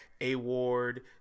A-Ward